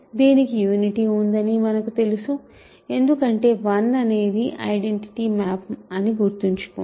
దీనికి యూనిటీ ఉందని మనకు తెలుసు ఎందుకంటే 1 అనేది ఐడెంటిటి మాప్ అని గుర్తుంచుకోండి